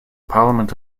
parliament